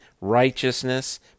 righteousness